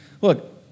Look